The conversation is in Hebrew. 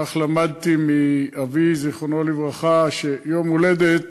כך למדתי מאבי זיכרונו לברכה, שיום-הולדת